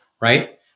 right